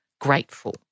grateful